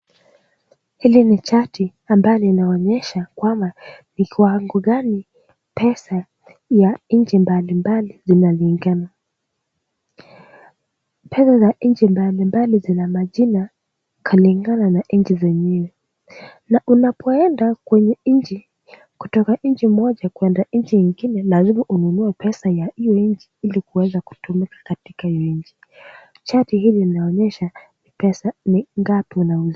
Hili ni chati ambalo linaonyesha kwamba ni kiwango gani pesa ya nchi mbalimbali linalingana, tena nchi mbalimbali zina majina kulingana na nchi zenyewe, na unapoenda kwenye nchi kutoka nchi moja kwenda nchi nyingine lazima ununue pesa ya hiyo nchi ili kuweza kutumia katika hiyo nchi. Chati hili linaonyesha pesa ni ngapi unauza.